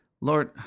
Lord